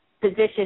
Position